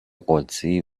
قدسی